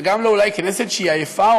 וגם אולי כנסת שהיא עייפה,